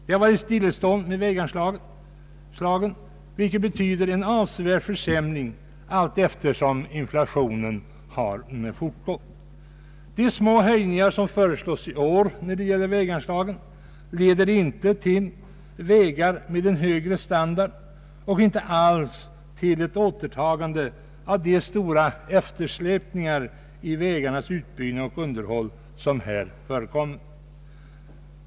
Det har varit stillestånd beträffande väganslagen, vilket har betytt en avsevärd försämring allteftersom inflationen har fortgått. De små höjningar som föreslås i år när det gäller väganslagen ger inte vägar med en högre standard och inte alls ett återtagande av den stora eftersläpningen i fråga om vägarnas utbyggnad och underhåll.